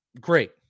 great